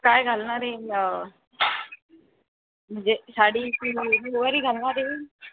काय घालणार आहे म्हणजे साडी की नववारी घालणार आहे